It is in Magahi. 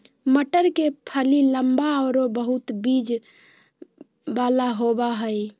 मटर के फली लम्बा आरो बहुत बिज वाला होबा हइ